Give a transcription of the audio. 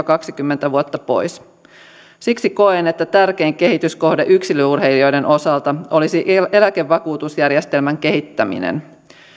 kaksikymmentä vuotta pois siksi koen että tärkein kehityskohde yksilöurheilijoiden osalta olisi eläkevakuutusjärjestelmän kehittäminen